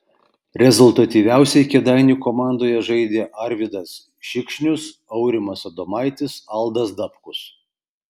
rezultatyviausiai kėdainių komandoje žaidė arvydas šikšnius aurimas adomaitis aldas dabkus